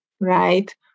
right